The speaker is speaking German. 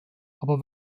aber